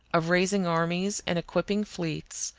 of raising armies, and equipping fleets,